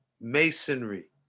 Masonry